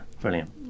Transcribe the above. brilliant